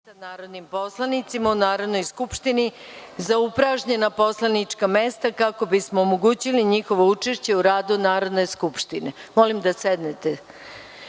narodnim poslanicima u Narodnoj skupštini za upražnjena poslanička mesta, kako bismo omogućili njihovo učešće u radu Narodne skupštine. Uručena vam je